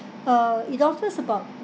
uh it offers about